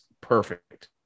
perfect